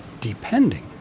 depending